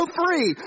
free